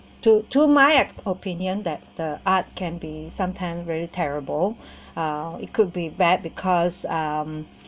to my opinion that the art can be sometime very terrible uh it could be bad because um